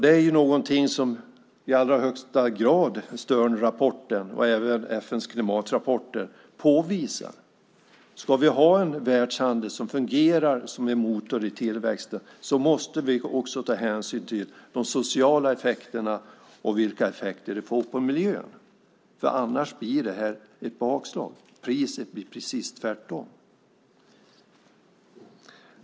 Det är någonting som i allra högsta grad Sternrapporten och även FN:s klimatrapporter påvisar. Ska vi ha en världshandel som fungerar som en motor i tillväxten måste vi också ta hänsyn till de sociala effekterna och vilka effekter det får på miljön, annars blir det här ett bakslag. Priset blir precis tvärtom.